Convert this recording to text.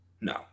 No